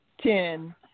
ten